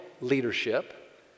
leadership